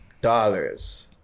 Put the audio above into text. dollars